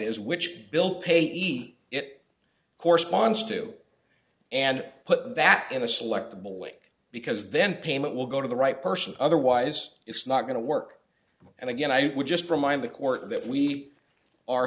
is which bill payee it corresponds to and put that in a selectable link because then payment will go to the right person otherwise it's not going to work and again i would just remind the court that we are